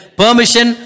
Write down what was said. permission